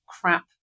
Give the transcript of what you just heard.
crap